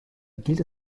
gilt